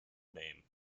name